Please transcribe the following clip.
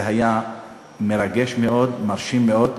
זה היה מרגש מאוד, מרשים מאוד.